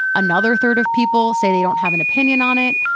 another third of people say they don't have an opinion on it.